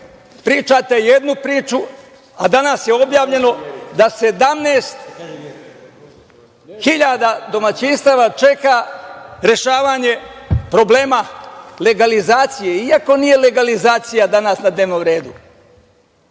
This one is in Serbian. pričate jednu priču, a danas je objavljeno da 17.000 domaćinstava čeka rešavanje problema legalizacije, iako nije legalizacija danas na dnevnom redu?